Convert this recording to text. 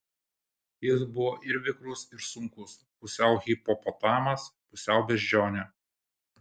jis buvo ir vikrus ir sunkus pusiau hipopotamas pusiau beždžionė